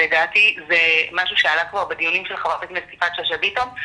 לדעתי זה משהו שעלה כבר בדיונים של חברת הכנסת יפעת שאשא ביטון.